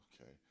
okay